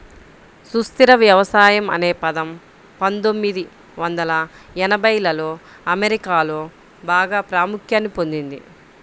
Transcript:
సుస్థిర వ్యవసాయం అనే పదం పందొమ్మిది వందల ఎనభైలలో అమెరికాలో బాగా ప్రాముఖ్యాన్ని పొందింది